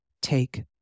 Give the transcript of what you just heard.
Take